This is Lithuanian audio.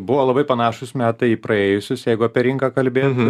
buvo labai panašūs metai į praėjusius jeigu apie rinką kalbėt